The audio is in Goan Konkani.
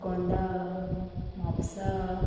आगोंदा म्हापसा